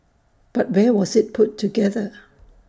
but where was IT put together